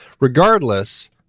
regardless